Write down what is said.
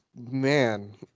Man